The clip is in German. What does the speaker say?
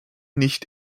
nicht